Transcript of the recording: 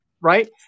right